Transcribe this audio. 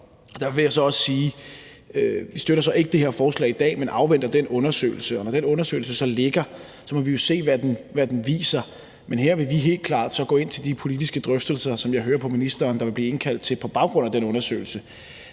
støtter det her forslag i dag, men afventer den undersøgelse. Og når den undersøgelse så ligger der, må vi jo se, hvad den viser. Men her vil vi helt klart gå ind til de politiske drøftelser, som jeg hører på ministeren der vil blive indkaldt til på baggrund af den undersøgelse,